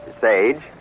sage